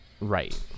Right